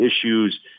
issues